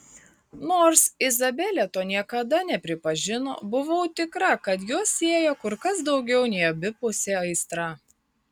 nors izabelė to niekada nepripažino buvau tikra kad juos siejo kur kas daugiau nei abipusė aistra